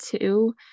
two